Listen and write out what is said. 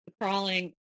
crawling